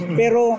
pero